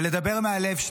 ולדבר שנייה מהלב.